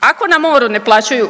Ako na moru ne plaćaju